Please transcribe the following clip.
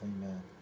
Amen